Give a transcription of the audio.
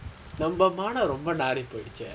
நம்ம மானம் ரொம்ப நாறி போயிருச்சே:namma maanam romba naari pochae